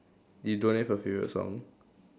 you don't have a favorite song